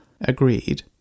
Agreed